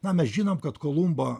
na mes žinom kad kolumbo